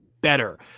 better